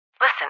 Listen